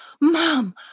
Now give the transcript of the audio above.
Mom